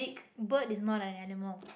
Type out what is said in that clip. bird is not an animal